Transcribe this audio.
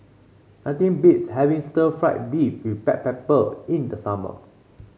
nothing beats having Stir Fried Beef with Black Pepper in the summer